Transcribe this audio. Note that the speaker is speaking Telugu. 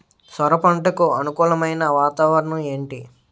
సొర పంటకు అనుకూలమైన వాతావరణం ఏంటి?